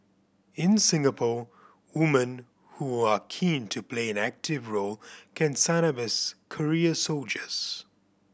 in Singapore women who are keen to play an active role can sign up as career soldiers